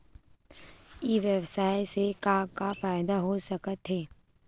ई व्यवसाय से का का फ़ायदा हो सकत हे?